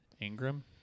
Ingram